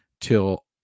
till